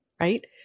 right